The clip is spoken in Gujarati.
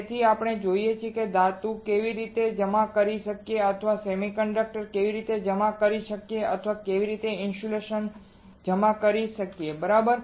હવે આપણે જોઈએ કે આપણે ધાતુ કેવી રીતે જમા કરી શકીએ અથવા સેમિકન્ડક્ટર કેવી રીતે જમા કરી શકીએ અથવા આપણે કેવી રીતે ઇન્સ્યુલેટર જમા કરી શકીએ બરાબર